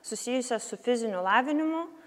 susijusias su fiziniu lavinimu